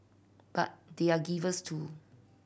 but they are givers too